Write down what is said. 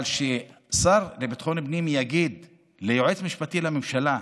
אבל שהשר לביטחון פנים יגיד ליועץ המשפטי לממשלה: